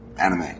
anime